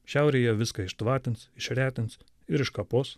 šiaurėje viską ištvatins išretins ir iškapos